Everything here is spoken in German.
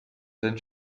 den